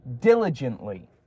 diligently